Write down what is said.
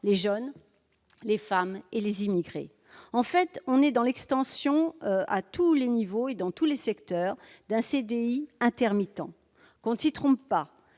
les jeunes, les femmes et les immigrés. En fait, il s'agit de l'extension, à tous les niveaux et dans tous les secteurs, d'un CDI intermittent. Que l'on ne s'y trompe pas